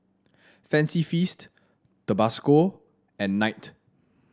Fancy Feast Tabasco and Knight